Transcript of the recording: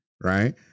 Right